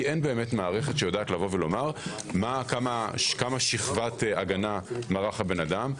כי אין באמת מערכת שיודעת לומר כמה שכבת הגנה מרח האדם,